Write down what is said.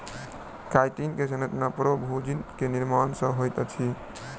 chitin के संरचना प्रोभूजिन के निर्माण सॅ होइत अछि